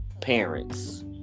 parents